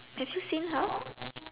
did you seen her